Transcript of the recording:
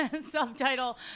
Subtitle